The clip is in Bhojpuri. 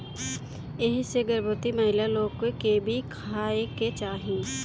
एही से गर्भवती महिला लोग के कीवी खाए के चाही